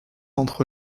entre